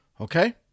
Okay